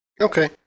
Okay